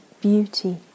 beauty